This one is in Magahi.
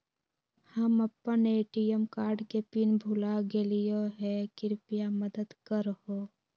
हम अप्पन ए.टी.एम कार्ड के पिन भुला गेलिओ हे कृपया मदद कर हो